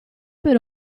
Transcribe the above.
per